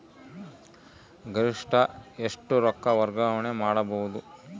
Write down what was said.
ಗರಿಷ್ಠ ಎಷ್ಟು ರೊಕ್ಕ ವರ್ಗಾವಣೆ ಮಾಡಬಹುದು?